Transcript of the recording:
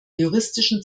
juristischen